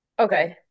Okay